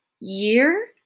year